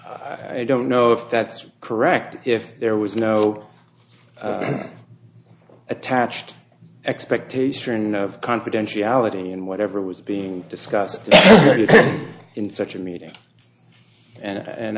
i don't know if that's correct if there was no attached expectation of confidentiality and whatever was being discussed in such a meeting and